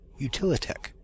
Utilitech